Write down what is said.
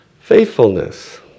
faithfulness